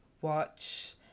watch